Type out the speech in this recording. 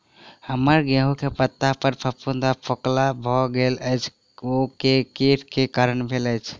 हम्मर गेंहूँ केँ पत्ता पर फफूंद आ फफोला भऽ गेल अछि, ओ केँ कीट केँ कारण भेल अछि?